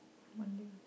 one day